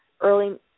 early